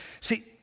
See